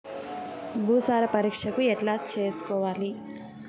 భూసార పరీక్షను ఎట్లా చేసుకోవాలి?